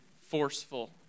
forceful